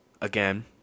Again